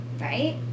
Right